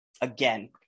Again